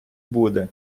буде